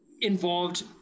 involved